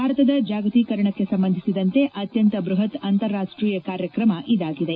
ಭಾರತದ ಜಾಗತಿಕರಣಕ್ಕೆ ಸಂಬಂಧಿಸಿದಂತೆ ಅತ್ಯಂತ ಬ್ಬಹತ್ ಅಂತಾರಾಷ್ಟೀಯ ಕಾರ್ಯಕ್ರಮ ಇದಾಗಿದೆ